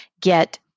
get